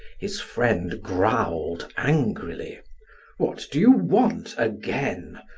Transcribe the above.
his friend growled angrily what do you want again?